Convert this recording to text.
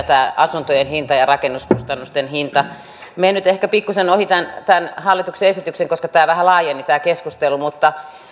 tämä asuntojen hinta ja rakennuskustannusten hinta ovat kyllä tärkeitä asioita menen nyt ehkä pikkuisen ohi tämän tämän hallituksen esityksen koska tämä keskustelu vähän laajeni mutta